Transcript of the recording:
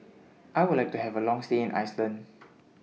I Would like to Have A Long stay in Iceland